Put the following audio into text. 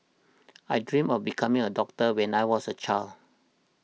I dreamt of becoming a doctor when I was a child